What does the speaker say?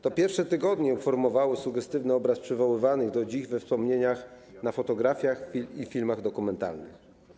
To pierwsze tygodnie uformowały sugestywny obraz przywoływany do dziś we wspomnieniach, na fotografiach i w filmach dokumentalnych.